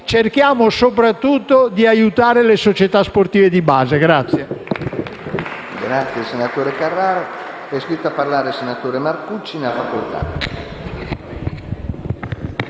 Cerchiamo soprattutto di aiutare le società sportive di base.